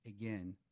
Again